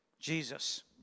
Jesus